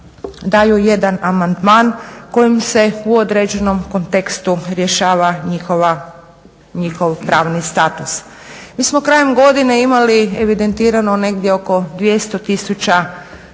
daju jedan amandman kojim se u određenom kontekstu rješava njihov pravni status. Mi smo krajem godine imali evidentirano negdje oko 200